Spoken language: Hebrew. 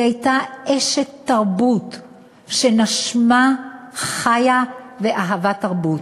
היא הייתה אשת תרבות שנשמה, חיה ואהבה תרבות,